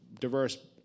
diverse